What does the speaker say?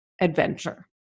adventure